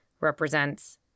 represents